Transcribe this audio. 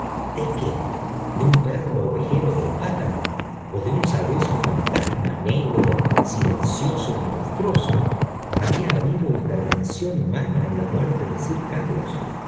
qué de un perro ovejero del páramo o de un sabueso fantasma negro silencioso y monstruoso había habido intervención humana en la muerte de sil carlos